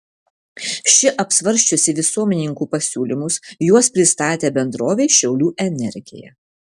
ši apsvarsčiusi visuomenininkų pasiūlymus juos pristatė bendrovei šiaulių energija